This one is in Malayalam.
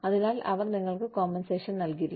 അതിനാൽ അവർ നിങ്ങൾക്ക് കോമ്പൻസേഷൻ നൽകില്ല